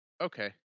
okay